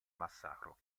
massacro